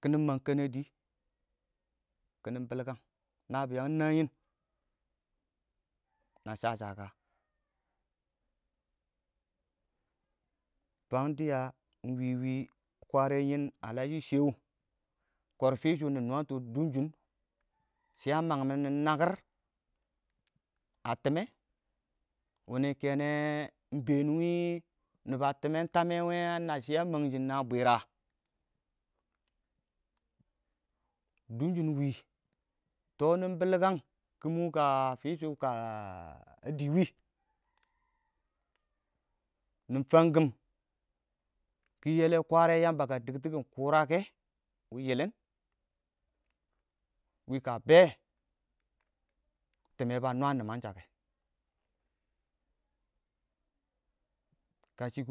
kiɪnɪ mang kənədi kiɪnɪ bilkang nabiyang ya yɪn na shashaka? fang dɪya ingwiwi kwaren yɪn ngallashi shewu kɔrti nɪ nwətɔ dunshin shɪ mangam nakɪr a tumme wini kengge iɪng bɛɛn wɪɪn yamba a timmen tammɛ wɛ a nabbʊ shɪ a mangshim nə bwirra? mangshim na bwirra? dunshim na bwirra dunshin ingwi tɔ nɪ bulkang kimwɔ kə fidhɔ kə, dɪɪ wɪɪn, nɪ fangkim yɪ yələ kware Yamba ka diktikim kurake, yi yɪlɪn wika bɛɛ tɪmmɛ ba nwa nimangshakɛ kashɪ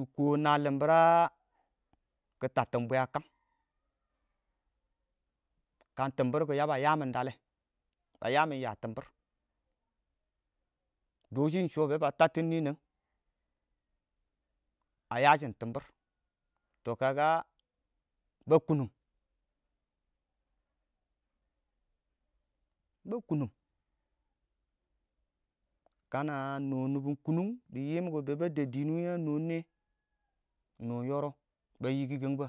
kɪ tabtin bwe a kang kan timbirkɔ ya ba yaa tɪmbɪr dɔshɪ ingshɔ bɛɛ ba tabtin nɪnəng, a yaa shɪm tumbu tɔ kaga ba kunumi ba kunum, kana a noo nɪbɛn kunnung dɪ yiimkɔ bɛɛ ba dəb nɪ dɪɪn wɪɪn a noon nɛ a noo yɔrɔb kɔ ba yiikikən ba?